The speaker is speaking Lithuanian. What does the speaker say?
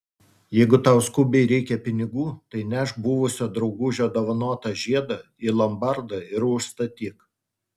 jeigu tau skubiai reikia pinigų tai nešk buvusio draugužio dovanotą žiedą į lombardą ir užstatyk